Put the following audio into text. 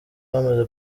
bamaze